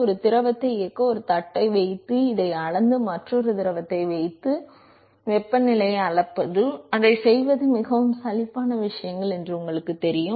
ஒரு திரவத்தை இயக்க ஒரு தட்டை வைத்து இதை அளந்து மற்றொரு திரவத்தை வைத்து மற்றொரு திரவத்தை வைத்து வெப்பநிலையை அளப்பது அதைச் செய்வது மிகவும் சலிப்பான விஷயங்கள் என்பது உங்களுக்குத் தெரியும்